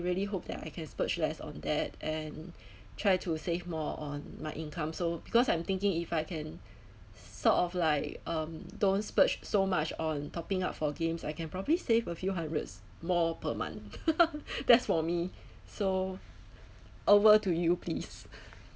really hope that I can splurge less on that and try to save more on my income so because I'm thinking if I can sort of like um don't splurge so much on topping up for games I can probably save a few hundreds more per month that's for me so over to you please